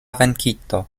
venkito